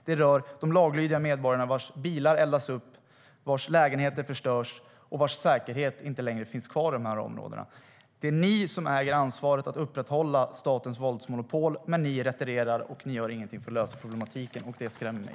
Det är de laglydiga medborgarna vars bilar eldas upp, vars lägenheter förstörs och vars säkerhet inte längre finns kvar i de områdena som drabbas. Det är ni som äger ansvaret för att upprätthålla statens våldsmonopol. Men ni retirerar och gör ingenting för att lösa problematiken. Det skrämmer mig.